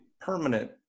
permanent